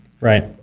right